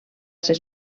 ser